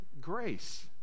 grace